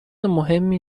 مهمی